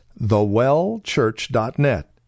thewellchurch.net